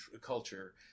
culture